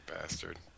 bastard